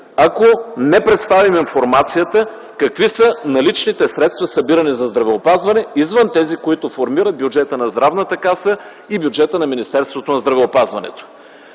ако не представим информацията какви са наличните средства, събирани за здравеопазване, извън тези, които формират бюджета на Здравната каса и бюджетът на Министерството на здравеопазването.